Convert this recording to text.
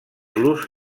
los